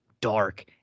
dark